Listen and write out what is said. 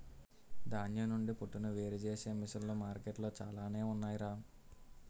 ధాన్యం నుండి పొట్టును వేరుచేసే మిసన్లు మార్కెట్లో చాలానే ఉన్నాయ్ రా